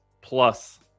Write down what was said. plus